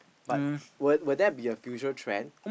but will will there be a future trend